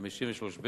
סעיף 53(ב)